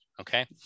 Okay